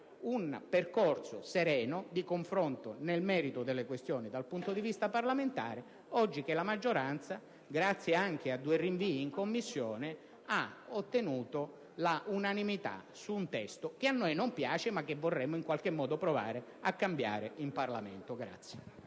un percorso sereno di confronto nel merito delle questioni dal punto di vista parlamentare, ora che la maggioranza, grazie anche a due rinvii in Commissione, ha ottenuto l'unanimità su un testo che a noi non piace, ma che vorremmo in qualche modo provare a cambiare in Parlamento.